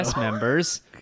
members